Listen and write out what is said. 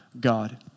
God